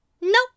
No